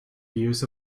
views